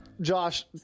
Josh